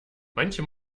manche